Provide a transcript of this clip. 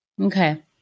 Okay